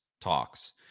talks